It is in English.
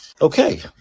Okay